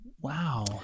Wow